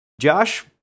Josh